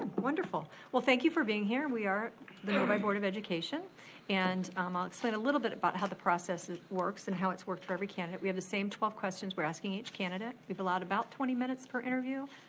wonderful. well thank you for being here. and we are the novi board of education and um i'll explain a little bit about how the process works and how it's worked for every candidate. we have the same twelve questions we're asking each candidate. we've allowed about twenty minutes per interview.